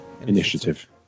Initiative